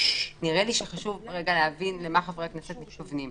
נראה לי שחשוב רגע להבין למה חברי הכנסת מתכוונים.